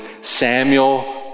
Samuel